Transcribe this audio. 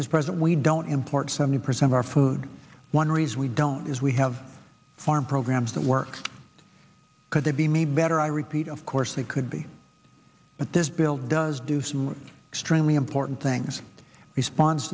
is present we don't import seventy percent of our food one reason we don't is we have farm programs that work could they be made better i repeat of course they could be but this bill does do some extremely important things response